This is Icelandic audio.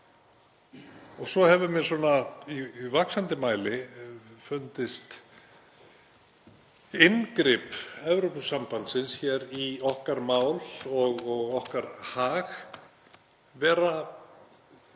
Svo hefur mér í vaxandi mæli fundist inngrip Evrópusambandsins hér í okkar mál og okkar hag vera